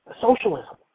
socialism